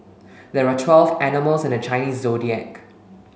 there are twelve animals in the Chinese Zodiac